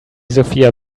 sophia